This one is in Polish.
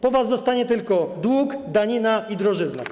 Po was zostanie tylko dług, danina i drożyzna.